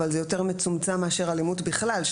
אבל זה יותר מצומצם מאשר אלימות בכלל,